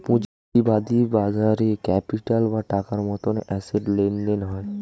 পুঁজিবাদী বাজারে ক্যাপিটাল বা টাকার মতন অ্যাসেট লেনদেন হয়